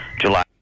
July